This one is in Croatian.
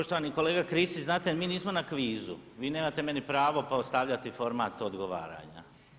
Poštovani kolega Kristić, znate mi nismo na kvizu, vi nemate meni pravo postavljati format odgovaranja.